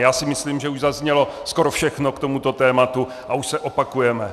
Já si myslím, že už zaznělo skoro všechno k tomuto tématu a už se opakujeme.